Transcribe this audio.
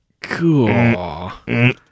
Cool